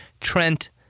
Trent